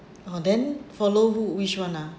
oh then follow who which one ah